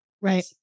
Right